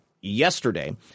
yesterday